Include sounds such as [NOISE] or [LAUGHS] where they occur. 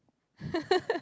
[LAUGHS]